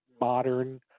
modern